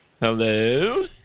Hello